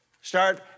Start